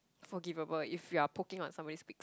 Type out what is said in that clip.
forgivable if you are poking on somebody's weak spots